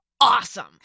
awesome